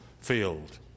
field